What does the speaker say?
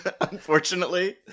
Unfortunately